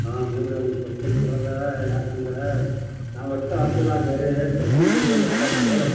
ಹಾಂ ನೋಡ್ರ್ಯ ಒಂದು ಪೈಪ್ ಸೆಟ್ ತಗೋಳದಾ ಯಾಕಂದ್ರ ನಾವು ಅಷ್ಟ ಬ್ಯಾರೆ ಪ್ಯಾಸೆಂಜರ್ಗಳು ಬರ್ತಾರೂ